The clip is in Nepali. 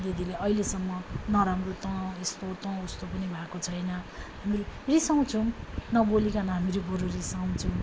दिदीले अहिलेसम्म नराम्रो तँ यस्तो तँ उस्तो पनि भएको छैन हामीहरू रिसाउँछौँ नबोलिकन हामीहरू बरु रिसाउँछौँ